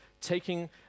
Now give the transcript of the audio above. taking